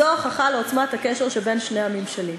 זו הוכחה לעוצמת הקשר שבין שני הממשלים.